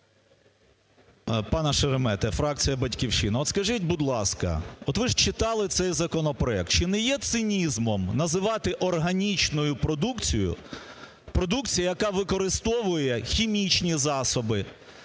Пане Шеремета, фракція "Батьківщина", от скажіть, будь ласка, от ви ж читали цей законопроект. Чи не є цинізмом називати органічною продукцією продукцію, яка використовує хімічні засоби,